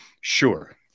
sure